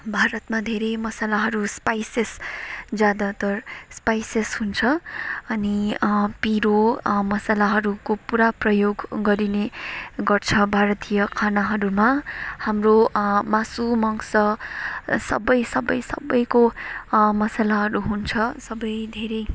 भारतमा धेरै मसलाहरू स्पाइसेस ज्यादातर स्पाइसेस हुन्छ अनि पिरो मसलाहरूको पुरा प्रयोग गरिने गर्छ भारतीय खानाहरूमा हाम्रो मासु मङ्स सबै सबै सबैको मसलाहरू हुन्छ सबै धेरै